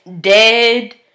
dead